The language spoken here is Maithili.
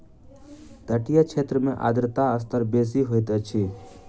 तटीय क्षेत्र में आर्द्रता स्तर बेसी होइत अछि